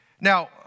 Now